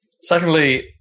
Secondly